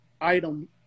item